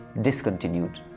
discontinued